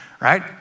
right